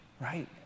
right